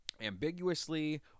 ambiguously